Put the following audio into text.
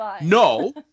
no